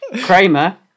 Kramer